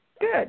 Good